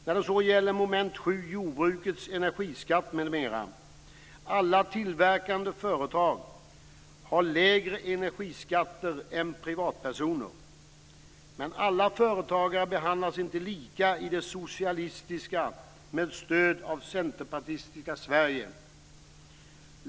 Mom. 7 gäller jordbrukets energiskatt, m.m. Alla tillverkande företag har lägre energiskatter än privatpersoner. Men alla företagare behandlas inte lika i det socialistiska, med stöd av Centerpartiet, Sverige.